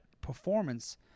performance